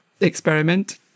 experiment